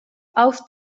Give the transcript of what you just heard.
auf